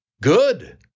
Good